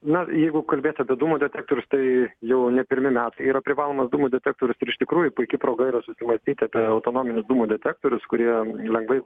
na jeigu kalbėt apie dūmų detektorius tai jau ne pirmi metai yra privalomas dūmų detektorius ir iš tikrųjų puiki proga yra susimąstyti apie autonominius dūmų detektorius kurie lengvai